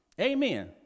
Amen